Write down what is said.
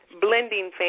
blending